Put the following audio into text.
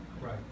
Right